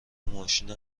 ماشین